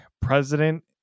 president